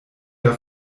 der